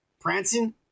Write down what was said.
prancing